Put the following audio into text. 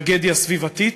טרגדיה סביבתית,